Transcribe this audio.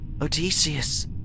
Odysseus